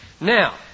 Now